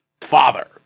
father